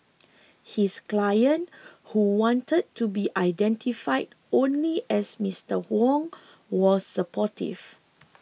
his client who wanted to be identified only as Mister Wong was supportive